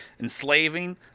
enslaving